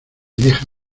deja